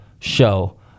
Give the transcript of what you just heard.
show